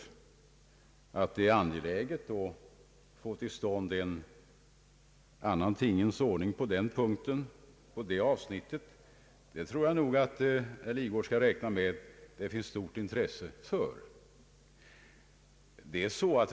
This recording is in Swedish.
Jag tror att herr Lidgard skall räkna med att det finns stort intresse för att få till stånd en annan tingens ordning beträffande privatpraktikerna.